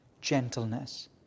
gentleness